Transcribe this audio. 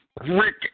Rick